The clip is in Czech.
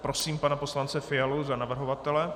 Prosím pana poslance Fialu za navrhovatele.